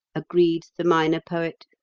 agreed the minor poet.